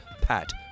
pat